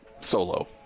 solo